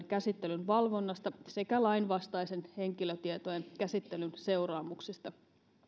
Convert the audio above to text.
käsittelyn valvonnasta sekä lainvastaisen henkilötietojen käsittelyn seuraamuksista